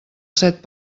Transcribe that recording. set